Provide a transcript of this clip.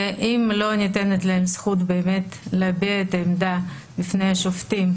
אם לא ניתנת להן זכות להביע את העמדה בפני השופטים,